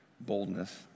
boldness